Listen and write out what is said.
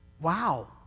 Wow